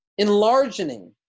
enlargening